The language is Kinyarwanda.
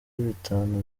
bitanu